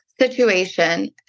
situation